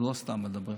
לא סתם מדברים.